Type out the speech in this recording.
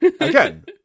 Again